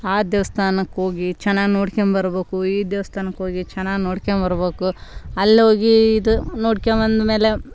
ಆ ದೇವಸ್ಥಾನಕ್ಕೆ ಹೋಗಿ ಚೆನ್ನಾಗಿ ನೋಡಿಕೊಂ ಬರ್ಬೇಕು ಈ ದೇವಸ್ಥಾನಕ್ಕೆ ಹೋಗಿ ಚೆನ್ನಾಗಿ ನೋಡಿಕೊಂ ಬರ್ಬೇಕು ಅಲ್ಲಿ ಹೋಗಿ ಇದು ನೋಡಿಕೊಂ ಬಂದ ಮೇಲೆ